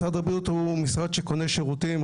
משרד הבריאות הוא משרד שקונה שירותים.